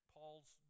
Paul's